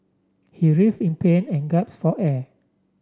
he writhe in pain and for air